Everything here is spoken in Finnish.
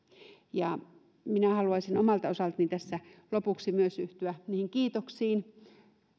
minä haluaisin omalta osaltani tässä lopuksi myös yhtyä kiitoksiin